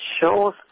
shows